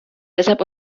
deshalb